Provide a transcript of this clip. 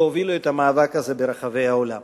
והובילו את המאבק הזה ברחבי העולם.